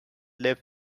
live